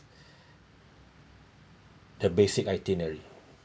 the basic itinerary